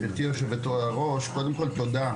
גברתי יושבת הראש, אני רוצה ראשית לומר לך תודה.